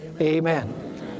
Amen